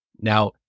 Now